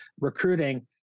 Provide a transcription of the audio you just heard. recruiting